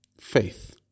faith